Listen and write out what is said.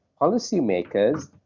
policymakers